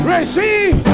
Receive